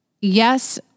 yes